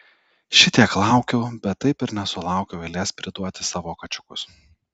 šitiek laukiau bet taip ir nesulaukiau eilės priduoti savo kačiukus